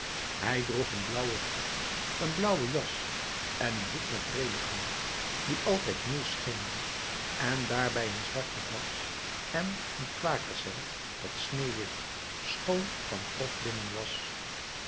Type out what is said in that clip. hij droeg een blauwe broek een blauwe jas en een hoed met breeden rand die altijd nieuw schenen en daarbij een zwarte das en een kwakershemd dat sneeuwwit schoon van grof linnen was